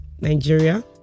Nigeria